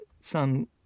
son